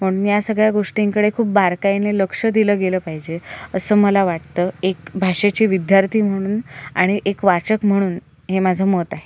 म्हणून या सगळ्या गोष्टींकडे खूप बारकाईने लक्ष दिलं गेलं पाहिजे असं मला वाटतं एक भाषेची विद्यार्थी म्हणून आणि एक वाचक म्हणून हे माझं मत आहे